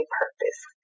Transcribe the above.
purpose